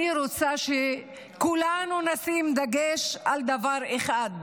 אני רוצה שכולנו נשים דגש על דבר אחד: